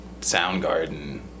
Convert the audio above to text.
Soundgarden